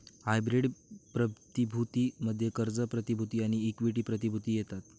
hybrid प्रतिभूती मध्ये कर्ज प्रतिभूती आणि इक्विटी प्रतिभूती येतात